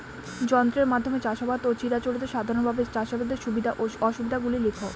যন্ত্রের মাধ্যমে চাষাবাদ ও চিরাচরিত সাধারণভাবে চাষাবাদের সুবিধা ও অসুবিধা গুলি লেখ?